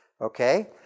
okay